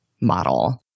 model